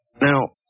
Now